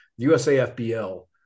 USAFBL